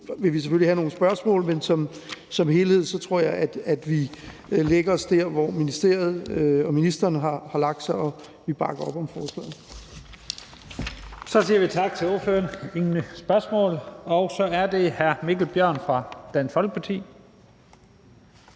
vil vi selvfølgelig have nogle spørgsmål, men som helhed tror jeg, at vi lægger os der, hvor ministeriet og ministeren har lagt sig, og bakker op om forslaget. Kl. 14:20 Første næstformand (Leif Lahn Jensen): Så siger vi tak til ordføreren. Der er ingen spørgsmål. Så er det hr. Mikkel Bjørn fra Dansk Folkeparti.